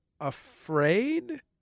afraid